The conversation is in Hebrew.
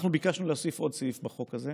אנחנו ביקשנו להוסיף עוד סעיף בחוק הזה,